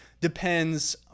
depends